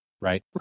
right